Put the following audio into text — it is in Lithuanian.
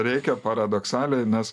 reikia paradoksaliai nes